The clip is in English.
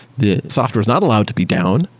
the software is not allowed to be down.